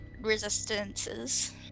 resistances